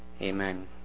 Amen